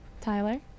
Tyler